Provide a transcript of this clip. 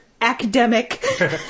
Academic